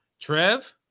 Trev